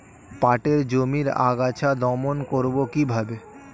পাটের জমির আগাছা দমন করবো কিভাবে?